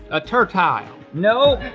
a turtile. no.